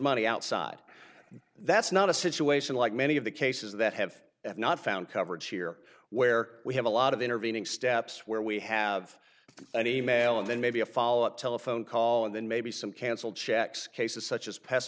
money outside that's not a situation like many of the cases that have not found coverage here where we have a lot of intervening steps where we have an e mail and then maybe a follow up telephone call and then maybe some canceled checks cases such as past